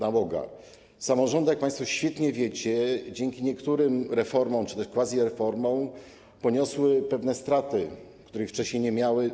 Na Boga, samorządy, jak państwo świetnie wiecie, dzięki niektórym reformom czy też quasi-reformom poniosły pewne straty, których wcześniej nie miały.